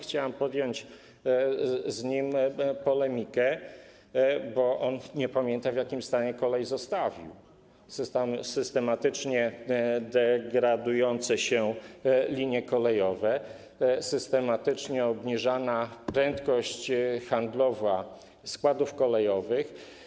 Chciałem podjąć z nim polemikę, bo on nie pamięta, w jakim stanie zostawił kolej - systematycznie degradujące się linie kolejowe, systematycznie obniżana prędkość handlowa składów kolejowych.